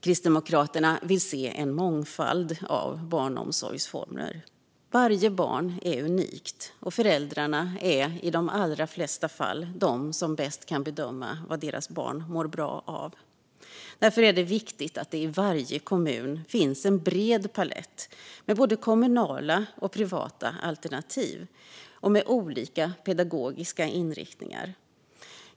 Kristdemokraterna vill se en mångfald av barnomsorgsformer. Varje barn är unikt, och föräldrarna är i de allra flesta fall de som bäst kan bedöma vad deras barn mår bra av. Därför är det viktigt att det i varje kommun finns en bred palett med både kommunala och privata alternativ och med olika pedagogiska inriktningar.